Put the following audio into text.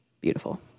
beautiful